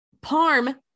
Parm